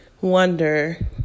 wonder